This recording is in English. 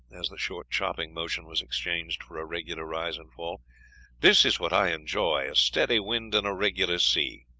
as the short, chopping motion was exchanged for a regular rise and fall this is what i enjoy a steady wind and a regular sea.